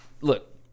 Look